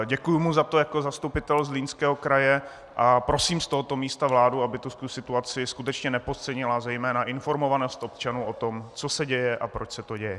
Děkuji mu za to jako zastupitel Zlínského kraje a prosím z tohoto místa vládu, aby tu situaci skutečně nepodcenila, zejména informovanost občanů o tom, co se děje a proč se to děje.